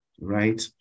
right